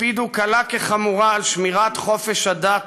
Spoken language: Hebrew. הקפידו קלה כחמורה על שמירת חופש הדת